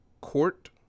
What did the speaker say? court